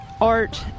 art